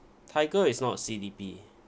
tiger is not C_D_P